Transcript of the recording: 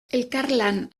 elkarlan